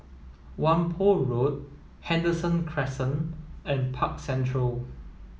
Whampoa Road Henderson Crescent and Park Central